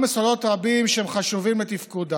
חבר הכנסת קרעי,